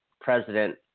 president